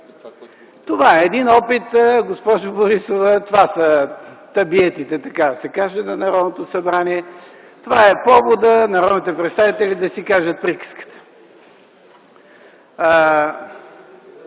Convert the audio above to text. Това е един опит, госпожо Борисова, това са табиетите, така да се каже, на Народното събрание. Това е поводът народните представители да си кажат приказката. Има